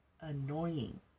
annoying